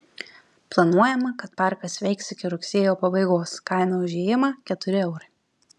planuojama kad parkas veiks iki rugsėjo pabaigos kaina už įėjimą keturi eurai